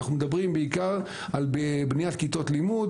אנחנו מדברים בעיקר על בניית כיתות לימוד